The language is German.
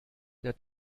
der